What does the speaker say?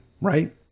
right